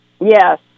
Yes